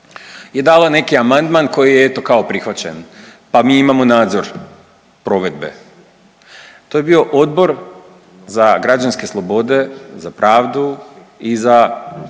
je dala neki amandman koji je eto kao prihvaćen, pa mi imamo nadzor provedbe. To je bio Odbor za građanske slobode, za pravdu i za